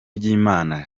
ry’imana